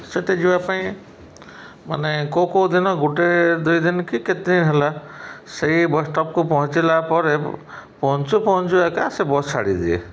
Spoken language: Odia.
ସେଇଠି ଯିବା ପାଇଁ ମାନେ କେଉଁ କେଉଁ ଦିନ ଗୋଟେ ଦୁଇ ଦିନ କି କେତେ ଦିନ ହେଲା ସେହି ବସ୍ ଷ୍ଟପ୍କୁ ପହଞ୍ଚିଲା ପରେ ପହଞ୍ଚୁ ପହଞ୍ଚୁ ଏକା ସେ ବସ୍ ଛାଡ଼ିଦିଏ